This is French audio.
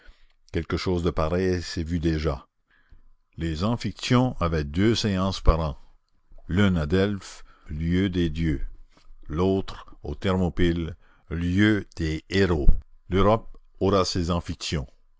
quelque chose de pareil s'est vu déjà les amphictyons avaient deux séances par an l'une à delphes lieu des dieux l'autre aux thermopyles lieu des héros l'europe aura ses